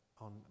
on